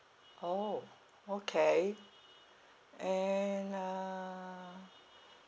orh okay and uh